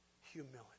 humility